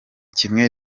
kimwe